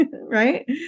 right